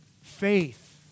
faith